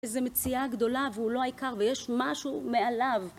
איזו מציאה גדולה, והוא לא העיקר, ויש משהו מעליו.